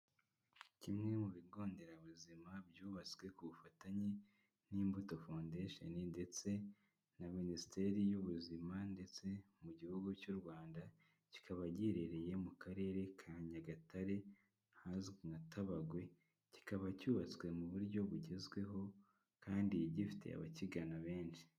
Kimwe mu bigo nderabuzima byubatswe ku bufatanye n'Imbuto foundation, ndetse na minisiteri y'ubuzima, ndetse mu gihugu cy'u Rwanda kikaba giherereye mu karere ka Nyagatare, hazwi nka Tabagwe, kikaba cyubatswe mu buryo bugezweho, kandi gifite abakigana benshi.